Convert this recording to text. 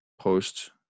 post